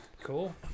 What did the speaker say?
Cool